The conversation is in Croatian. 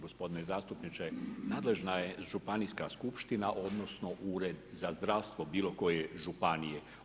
Gospodine zastupniče, nadležna je županijska skupština odnosno ured za zdravstvo bilokoje županije.